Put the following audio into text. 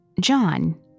John